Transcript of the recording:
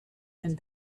and